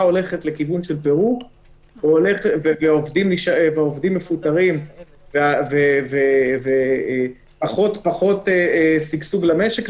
הולכת לכיוון של פירוק והעובדים מפוטרים ויש פחות שגשוג למשק,